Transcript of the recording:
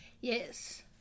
Yes